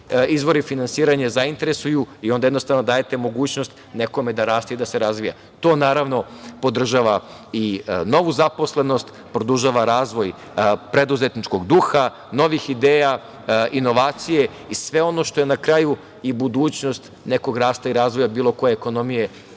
izvori finansiranja zainteresuju i onda dajete mogućnost nekome da raste i da se razvija. To podržava i novu zaposlenost, produžava razvoj preduzetničkog duha, novih ideja, inovacije i sve ono što je na kraju i budućnost nekog rasta i razvoja bilo koje ekonomije,